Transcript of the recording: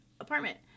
apartment